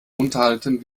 unterhalten